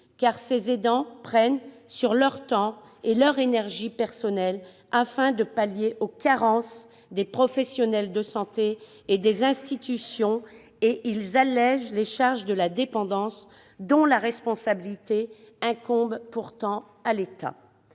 car ces aidants prennent sur leur temps et leur énergie personnelle afin de pallier les carences des professionnels de santé et des institutions. Ce faisant, ils allègent les charges de la dépendance, dont la responsabilité incombe pourtant à l'État.